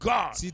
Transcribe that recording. God